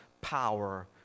power